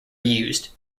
used